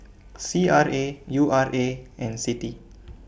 C R A U R A and CITI